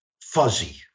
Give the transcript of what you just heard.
fuzzy